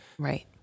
right